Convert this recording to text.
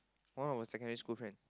one of her secondary school friend